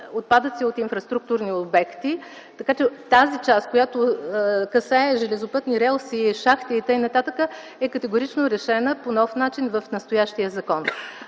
отпадъци от инфраструктурни обекти. Частта, която касае железопътни релси, шахти и т.н., е категорично решена по нов начин в настоящия закон.